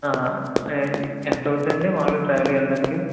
ఎంతవుద్దండి మాములుగా ట్రావెలింగ్ వెళ్ళడానికి